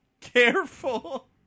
Careful